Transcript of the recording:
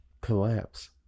Collapse